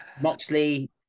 Moxley